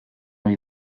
ohi